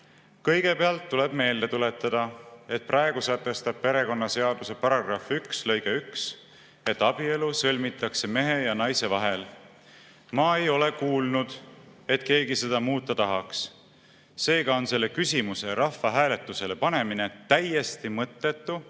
"Kõigepealt tuleb meelde tuletada, et praegu sätestab perekonnaseaduse § 1 lõige 1, et abielu sõlmitakse mehe ja naise vahel. Ma ei ole kuulnud, et keegi seda muuta tahaks. Seega on selle küsimuse rahvahääletusele panemine täiesti mõttetu,